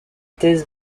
thèse